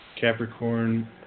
Capricorn